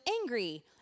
angry